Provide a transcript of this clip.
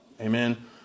amen